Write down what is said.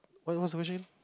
what what your question again